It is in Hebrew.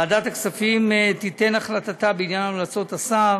וועדת הכספים תיתן החלטתה בעניין המלצות השר